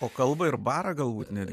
o kalbą ir barą galbūt net